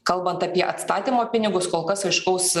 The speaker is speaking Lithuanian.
kalbant apie atstatymo pinigus kol kas aiškaus